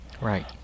Right